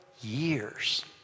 years